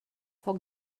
foc